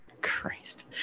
Christ